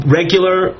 regular